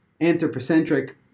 anthropocentric